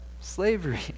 Slavery